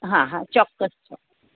હા હા ચોક્કસ ચોક્કસ